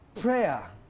prayer